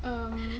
um